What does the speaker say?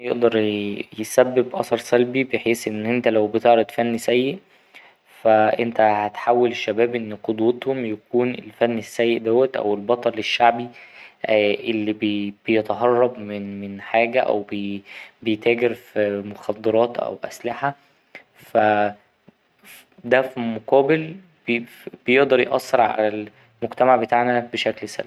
يقدر يسبب أثر سلبي بحيث إن أنت لو بتعرض فن سيء فا أنت هتحول الشباب إن قدوتهم يكون الفن السيء دوت أو البطل الشعبي اللي بيـ ـ بيتهرب من ـ من حاجة أو بيتاجر في مخدرات أو أسلحة فا ده في مقابل بيقدر يأثر على المجتمع بتاعنا بشكل سلبي.